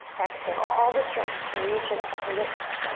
exhale all the strength, reach it up, lift it up.